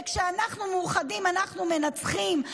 וכשאנחנו מאוחדים אנחנו מנצחים.